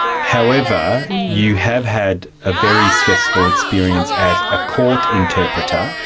however, you have had a very stressful experience as a court interpreter.